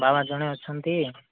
ବାବା ଜଣେ ଅଛନ୍ତି